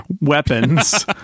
weapons